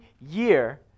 year